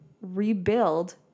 rebuild